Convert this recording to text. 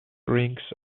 rings